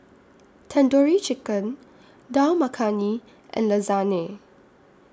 Tandoori Chicken Dal Makhani and Lasagne